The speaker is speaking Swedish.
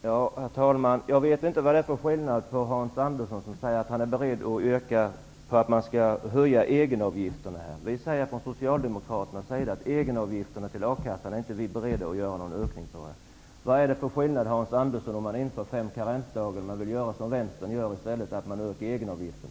Herr talman! Jag vet inte vad det är för skillnad mellan oss. Hans Andersson säger att han är beredd att gå med på höjningar av egenavgifterna. Vi socialdemokrater säger att vi inte är beredda att öka egenavgifterna till a-kassan. Vad är det för skillnad, Hans Andersson, mellan att införa fem karensdagar eller att, som Vänsterpartiet vill, öka egenavgifterna?